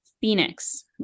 Phoenix